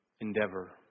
endeavor